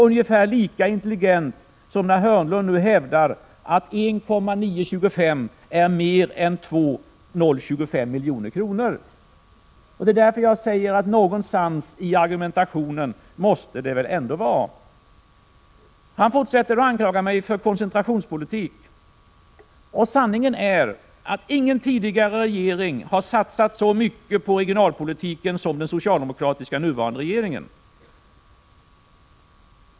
Ungefär lika intelligent är det när Börje Hörnlund hävdar att 1,925 milj.kr. är mer än 2,025 milj.kr. Det är därför jag säger att det måste vara något fel någonstans i argumentationen. Börje Hörnlund fortsätter att anklaga mig för att föra koncentrationspolitik. Sanningen är att ingen tidigare regering har satsat så mycket på regionalpolitiken som den nuvarande socialdemokratiska regeringen.